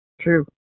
true